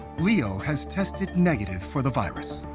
liu has tested negative for the virus.